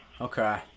Okay